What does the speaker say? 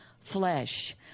flesh